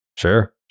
Sure